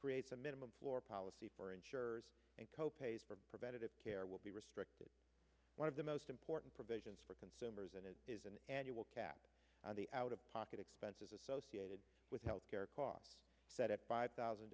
creates a minimum floor policy for insurers and co pays for preventative care will be restricted one of the most important provisions for consumers and it is an annual cap on the out of pocket expenses associated with health care costs set at five thousand